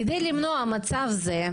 כדי למנוע מצב זה,